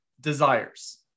desires